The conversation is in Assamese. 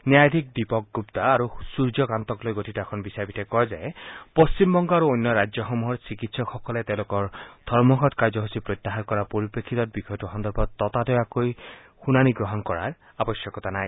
ন্যায়াধীশ দীপক গুগ্তা আৰু সূৰ্য্য কান্তকলৈ গঠিত এখন বিচৰাপীঠে কয় যে পশ্চিম বংগ আৰু অন্য ৰাজ্যসমূহৰ চিকিৎসকসকলে তেওঁলোকৰ ধৰ্মঘট কাৰ্যসূচী প্ৰত্যাহাৰ কৰাৰ পৰিপ্ৰেক্ষিতত বিষয়টো সন্দৰ্ভত ততাতয়াকৈ শুনাানী গ্ৰহণ কৰাৰ প্ৰয়োজন নাই